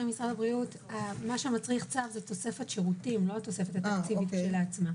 הכסף יועבר על ידי משרד האוצר לקופות החולים באמצעות הוספת כסף לסל